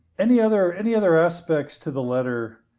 any other any other aspects to the letter